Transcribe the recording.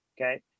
okay